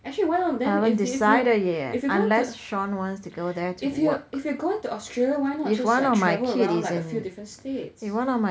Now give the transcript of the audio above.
actually why not then if if you if you're going if you're if you're going to australia why not just like travel around like a few different states